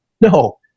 No